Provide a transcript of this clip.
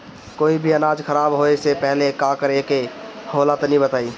कोई भी अनाज खराब होए से पहले का करेके होला तनी बताई?